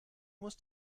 musst